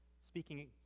speaking